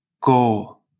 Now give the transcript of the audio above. go